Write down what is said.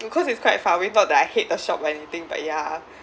because it's quite far away not that I hate the shop or anything but yah